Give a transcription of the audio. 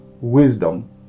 wisdom